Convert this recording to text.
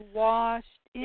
washed